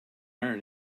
iron